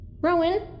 Rowan